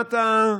מה אתה,